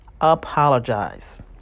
Apologize